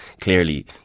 clearly